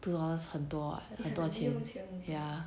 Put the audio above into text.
two dollars 很多 eh 很多用钱 ya